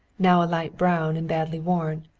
now a light brown and badly worn,